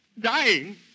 Dying